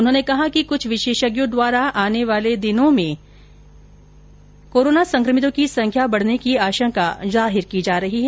उन्होंने कहा कि कुछ विशेषज्ञों द्वारा आने वाले दिनों में कोरोना संक्रमितों की संख्या बढने की आशंका जाहिर की जा रही है